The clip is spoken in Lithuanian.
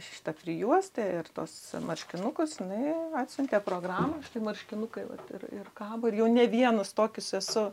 šitą prijuostę ir tuos marškinukus jinai atsiuntė programą štai marškinukai jau ir ir kabo ir jau ne vienus tokius esu